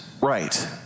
Right